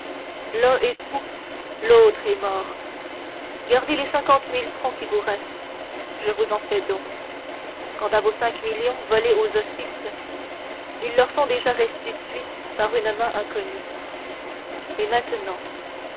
l'un est fou l'autre est mort gardez les cinquante mille francs qui vous restent je vous en fais don quant à vos cinq millions volés aux hospices ils leur sont déjà restitués par une main inconnue et maintenant